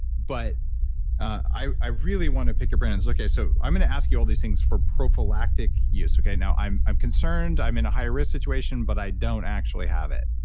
but i i really want to pick a brand. it's okay. so i'm going to ask you all these things for prophylactic use. now, i'm i'm concerned, i'm in a high risk situation, but i don't actually have it.